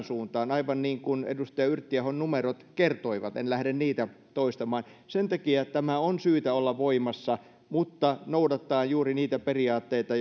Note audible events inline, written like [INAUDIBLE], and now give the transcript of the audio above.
[UNINTELLIGIBLE] suuntaan aivan niin kuin edustaja yrttiahon numerot kertoivat en lähde niitä toistamaan sen takia tämän on syytä olla voimassa mutta noudattaen juuri niitä periaatteita [UNINTELLIGIBLE]